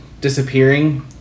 disappearing